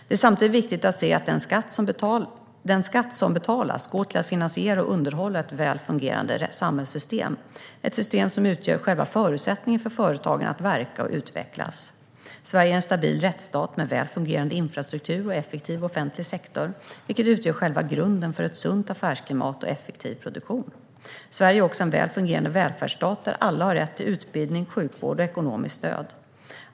Det är samtidigt viktigt att se att den skatt som betalas går till att finansiera och underhålla ett fungerande samhällssystem - ett system som utgör själva förutsättningen för företagen att verka och utvecklas. Sverige är en stabil rättsstat med en välfungerande infrastruktur och en effektiv offentlig sektor, vilket utgör själva grunden för ett sunt affärsklimat och effektiv produktion. Sverige är också en välfungerande välfärdsstat där alla har rätt till utbildning, sjukvård och ekonomiskt stöd.